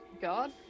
god